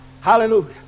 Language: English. Hallelujah